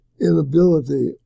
inability